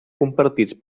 compartits